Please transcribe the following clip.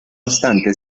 obstante